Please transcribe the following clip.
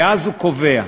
ואז הוא קובע.